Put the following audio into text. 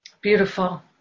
Beautiful